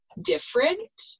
different